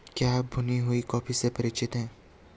क्या आप भुनी हुई कॉफी से परिचित हैं?